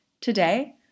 Today